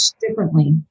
differently